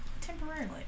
Temporarily